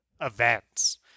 events